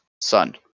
son